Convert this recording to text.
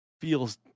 feels